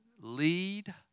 lead